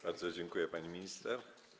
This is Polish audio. Bardzo dziękuję, pani minister.